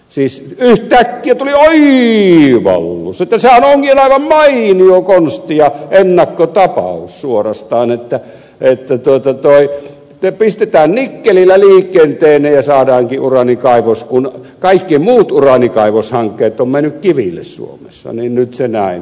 siis yhtäkkiä tuli oivallus että sehän onkin aivan mainio konsti ja ennakkotapaus suorastaan että pistetään nikkelillä liikenteeseen ja saadaankin uraanikaivos kun kaikki muut uraanikaivoshankkeet ovat menneet kiville suomessa niin nyt näin